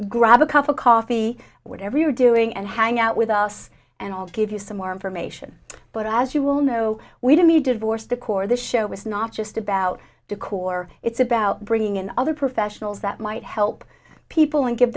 grab a cup of coffee whatever you're doing and hang out with us and i'll give you some more information but as you will know we did we divorced the core of the show was not just about decor it's about bringing in other professionals that might help people and give